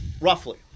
Roughly